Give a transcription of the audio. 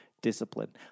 Discipline